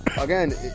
Again